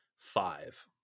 five